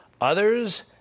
Others